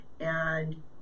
and-